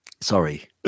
Sorry